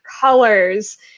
colors